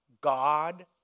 God